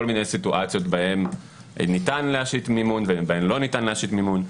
מיני סיטואציות בהן ניתן להשית מימון ובהן לא ניתן להשית מימון.